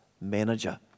manager